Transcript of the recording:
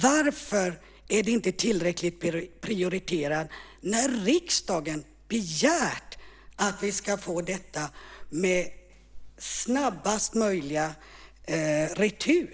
Varför är det inte tillräckligt prioriterat när riksdagen begärt att vi ska få detta med snabbast möjliga retur?